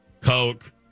Coke